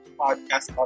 podcast